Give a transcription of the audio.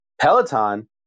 Peloton